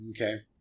Okay